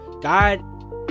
god